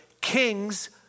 king's